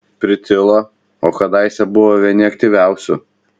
pritilo o kadaise buvo vieni aktyviausių